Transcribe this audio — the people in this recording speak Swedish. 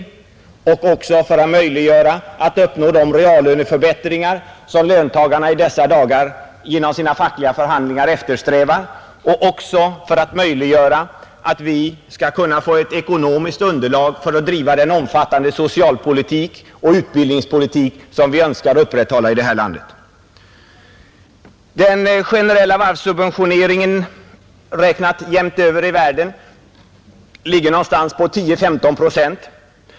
Den behövs för att göra det möjligt att uppnå de reallöneförbättringar som löntagarna i dessa dagar genom sina fackliga förhandlingar eftersträvar och också för att vi skall kunna få ett ekonomiskt underlag för att driva den omfattande socialpolitik och utbildningspolitik som vi önskar upprätthålla i vårt land. Den generella varvssubventioneringen — räknat jämnt över i världen — ligger någonstans på mellan 10 och 15 procent.